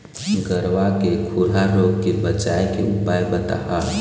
गरवा के खुरा रोग के बचाए के उपाय बताहा?